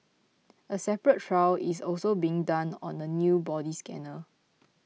a separate trial is also being done on a new body scanner